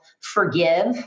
forgive